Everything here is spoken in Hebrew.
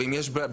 ואם יש בלם,